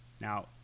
Now